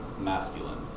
masculine